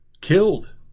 killed